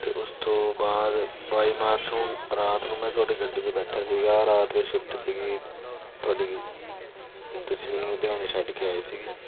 ਅਤੇ ਉਸ ਤੋਂ ਬਾਅਦ ਬਾਈ ਮਾਰਚ ਨੂੰ ਰਾਤ ਨੂੰ ਮੈਂ ਤੁਹਾਡੀ ਗੱਡੀ 'ਚ ਬੈਠਾ ਸੀਗਾ ਰਾਤ ਦੀ ਸ਼ਿਫਟ ਸੀਗੀ ਤੁਹਾਡੀ ਤੁਸੀਂ ਮੈਨੂੰ ਲੁਧਿਆਣੇ ਛੱਡ ਕੇ ਆਏ ਸੀਗੇ